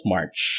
March